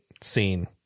scene